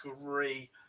agree